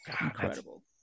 Incredible